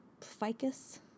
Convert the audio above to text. ficus